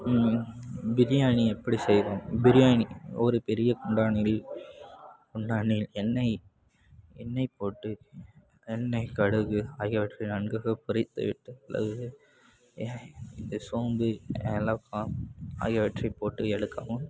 ம் பிரியாணி எப்படி செய்யணும் பிரியாணி ஒரு பெரிய குண்டானில் குண்டானில் எண்ணெய் எண்ணெய் போட்டு எண்ணெய் கடுகு ஆகியவற்றை நன்றாக பொரித்து விட்டு அதில் சோம்பு ஏலக்காய் ஆகியவற்றை போட்டு எடுக்கவும்